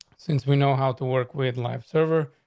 since we know how to work with life server,